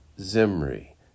Zimri